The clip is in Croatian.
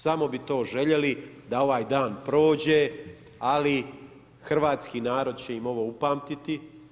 Samo bi to željeli da ovaj prođe, ali hrvatski narod će im ovo upamtiti.